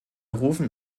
rufen